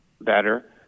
better